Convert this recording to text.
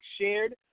shared